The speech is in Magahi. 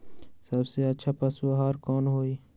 सबसे अच्छा पशु आहार कोन हई?